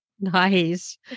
nice